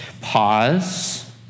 pause